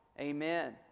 Amen